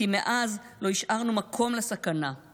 / כי מאז לא השארנו מקום לסכנה /